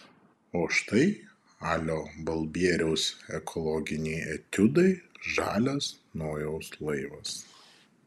o štai alio balbieriaus ekologiniai etiudai žalias nojaus laivas